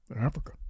Africa